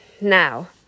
now